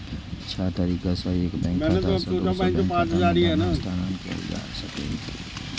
छह तरीका सं एक बैंक खाता सं दोसर बैंक खाता मे धन हस्तांतरण कैल जा सकैए